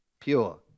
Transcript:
pure